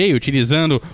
utilizando